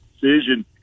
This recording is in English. decision